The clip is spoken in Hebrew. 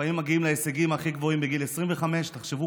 ולפעמים מגיעים להישגים הכי גבוהים בגיל 25. תחשבו